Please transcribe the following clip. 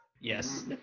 Yes